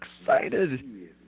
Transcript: excited